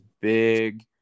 big